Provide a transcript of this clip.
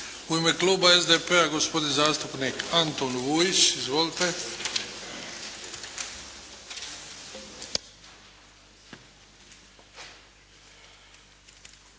U ime kluba SDP-a gospodin zastupnik Antun Vujić. Izvolite.